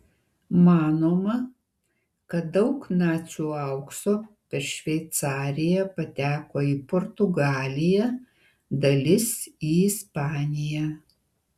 manoma kad daug nacių aukso per šveicariją pateko į portugaliją dalis į ispaniją